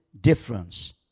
difference